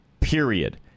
period